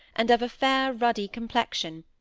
and of a fair, ruddy complexion,